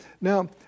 Now